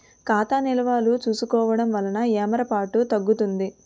ఖాతా నిల్వలు చూసుకోవడం వలన ఏమరపాటు తగ్గుతుంది